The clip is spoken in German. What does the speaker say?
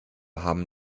haben